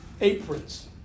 aprons